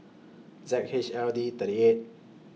Z H L D thirty eight